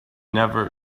never